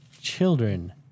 children